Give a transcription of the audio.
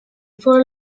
for